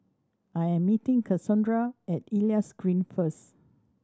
I am meeting Cassondra at Elias Green first